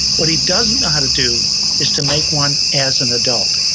what he doesn't know how to do is to make one as an adult.